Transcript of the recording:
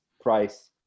price